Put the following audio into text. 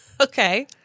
Okay